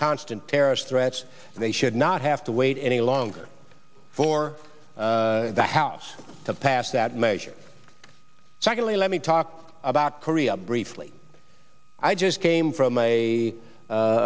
constant terrorist threats and they should not have to wait any longer for the house to pass that measure secondly let me talk about korea briefly i just came from a